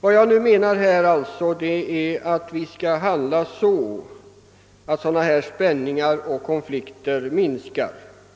Vad jag för min del menar, är att vi skall handla så, att sådana här spänningar och konflikter minskar.